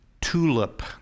tulip